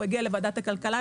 הוא הגיע לוועדת הכלכלה,